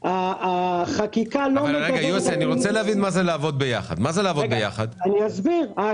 אבל, לפי מה שיוסי אומר, זה